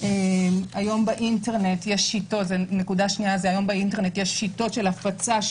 היום באינטרנט יש שיטות של הפצה,